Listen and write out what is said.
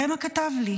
כתב לי: